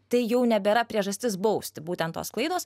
tai jau nebėra priežastis bausti būtent tos klaidos